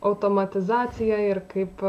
automatizaciją ir kaip